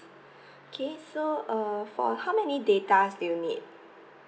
okay so uh for how many data do you need